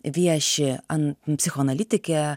vieši an psichoanalitikė